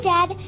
Dad